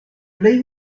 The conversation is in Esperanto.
plej